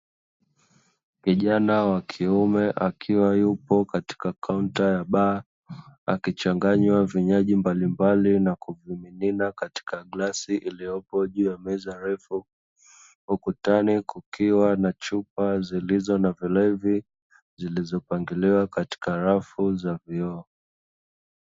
Kijana wa kiume akiwa yupo katika kaunta ya baa akichanywa vinjwaji mbali mbali na kuvimimina katika glasi iliyopo juu ya meza refu, huku ukutani kukiwa na chupa zilizo na vilevi, vilizopangiliwa katika rafu za vioo.